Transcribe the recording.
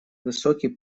высокий